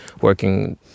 working